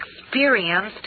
experienced